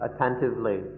attentively